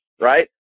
right